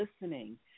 listening